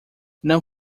não